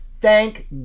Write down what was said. Thank